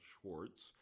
Schwartz